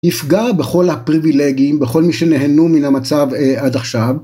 יפגע בכל הפריבילגיים, בכל מי שנהנו מן המצב עד עכשיו.